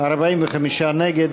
45 נגד,